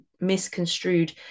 misconstrued